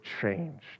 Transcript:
changed